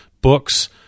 books